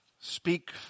speak